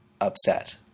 upset